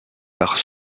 part